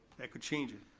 that could change it.